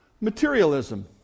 Materialism